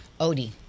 Odie